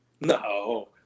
No